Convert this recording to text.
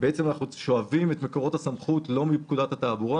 אנחנו שואבים את מקורות הסמכות לא מפקודת התעבורה